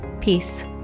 Peace